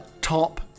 top